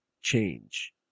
change